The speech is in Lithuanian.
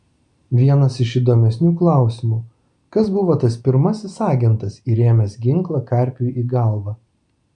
vienas iš įdomesnių klausimų kas buvo tas pirmasis agentas įrėmęs ginklą karpiui į galvą